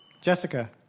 Jessica